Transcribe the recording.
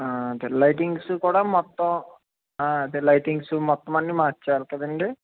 lightings కూడా మొత్తం అదే లైటింగ్ మొత్తం అన్ని మార్చాలి కదండి